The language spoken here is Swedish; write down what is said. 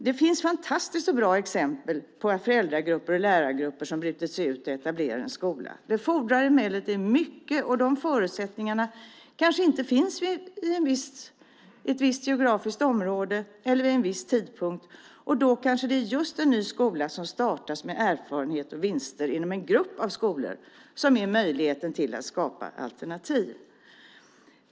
Det finns fantastiskt bra exempel på föräldragrupper och lärargrupper som brutit sig ut och etablerat en skola. Det fordrar emellertid mycket, och de förutsättningarna kanske inte finns i ett visst geografiskt område eller vid en viss tidpunkt. Då kanske det är just en ny skola som startas med erfarenheter och vinster inom en grupp av skolor som är möjligheten att skapa alternativ.